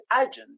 agent